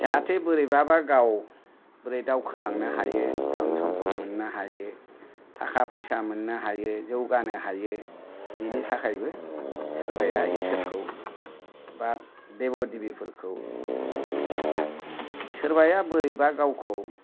जाहाथे बोरैबाबा गाव दावखोलांनो हायो धोन समफुन मोननो हायो थाखा फैसा मोननो हायो जौगानो हायो बेनि थाखायबो सोरबाया इसोरखौ बा देव देबिफोरखौ सिबियो सोरबाया बोरैबा गावखौ